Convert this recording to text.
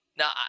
Now